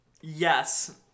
Yes